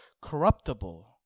corruptible